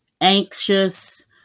anxious